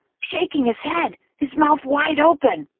shaking his head, his mouth wide open.